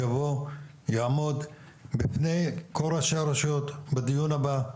שיבוא ויעמוד בפני כל ראשי הרשויות בדיון הבא,